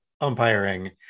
umpiring